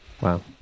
Wow